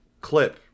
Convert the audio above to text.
clip